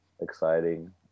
exciting